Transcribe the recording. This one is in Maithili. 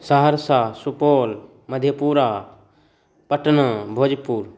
सहरसा सुपौल मधेपुरा पटना भोजपुर